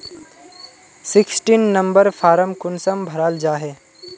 Sixteen number form कुंसम भराल जाछे?